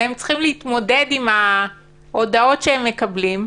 והם צריכים להתמודד עם ההודעות שהם מקבלים,